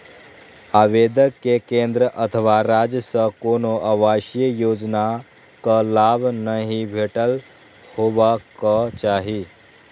आवेदक कें केंद्र अथवा राज्य सं कोनो आवासीय योजनाक लाभ नहि भेटल हेबाक चाही